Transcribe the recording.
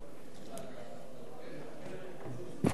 אני, מכובדי היושב-ראש, חברי חברי הכנסת,